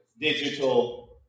Digital